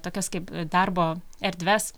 tokias kaip darbo erdves